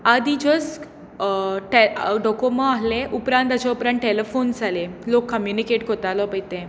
आदी just Docomo आसले उपरांत ताज्या उपरांत टेलेफोन्स जाले लोक कम्यूनिकेट कतालो पळय ते